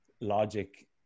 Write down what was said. logic